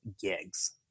gigs